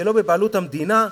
זה לא בבעלות המדינה,